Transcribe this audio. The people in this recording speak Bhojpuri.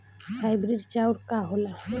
हाइब्रिड चाउर का होला?